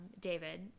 david